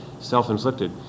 self-inflicted